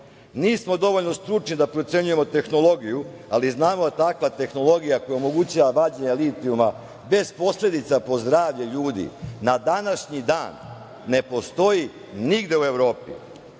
dovoljno stručni da procenjujemo tehnologiju, ali znamo da takva tehnologija koja omogućava vađenje litijuma bez posledica po zdravlje ljudi na današnji dan ne postoji nigde u Evropi. Stav